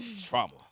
trauma